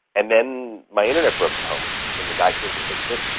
and then my internet broke at home and the guy came to fix it,